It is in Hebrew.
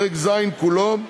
פרק ז' כולו,